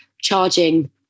charging